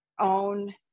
own